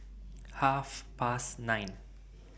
Half Past nine